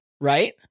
right